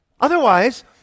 Otherwise